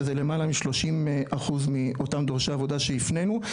שזה למעלה מ 30% מאותם דורשי עבודה שהפנינו,